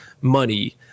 money